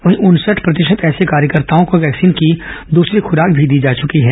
वहीं उनसठ प्रतिशत ऐसे कार्यकर्ताओं को वैक्सीन की दूसरी ख्राक भी दी जा चुकी है